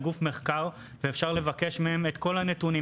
גוף מחקר ואפשר לבקש מהם את כול הנתונים.